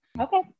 Okay